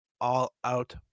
all-out